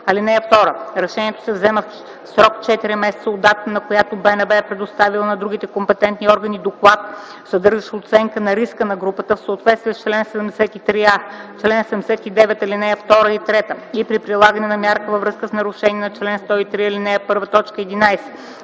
(2) Решението се взема в срок 4 месеца от датата, на която БНБ е предоставила на другите компетентни органи доклад, съдържащ оценка на риска на групата, в съответствие с чл. 73а, чл. 79, ал. 2 и 3 и при прилагане на мярка във връзка с нарушение по чл. 103, ал. 1, т. 11.